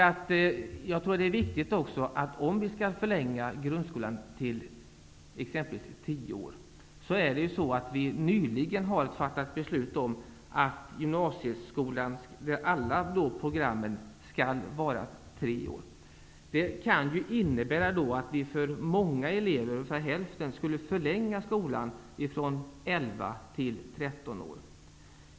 En förlängning av grundskolan till exempelvis tio år bör ses mot bakgrund av att vi nyligen har fattat beslut om att gymnasieskolans samtliga linjer skall vara treåriga. Det kan innebära att vi för ungefär hälften av eleverna skulle förlänga skolgången från 11 till 13 år.